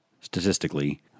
statistically